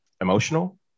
emotional